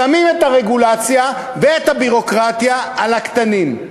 שמים את הרגולציה ואת הביורוקרטיה על הקטנים.